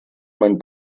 man